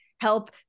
help